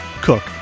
Cook